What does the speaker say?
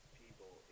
people